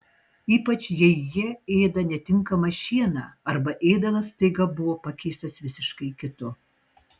ypač jei jie ėda netinkamą šieną arba ėdalas staiga buvo pakeistas visiškai kitu